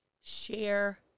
Share